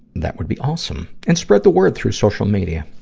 that would be awesome. and spread the word through social media.